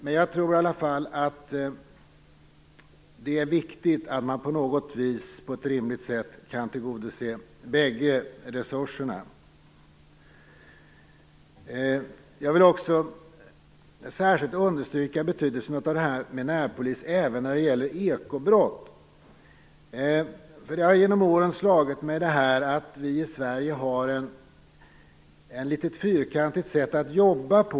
Men jag tror i alla fall att det är viktigt att man kan tillgodose bägge resurserna på ett rimligt sätt. Jag vill också särskilt understryka betydelsen av detta med närpoliser även när det gäller ekobrott. Genom åren har det slagit mig att vi i Sverige har ett litet fyrkantigt sätt att jobba på.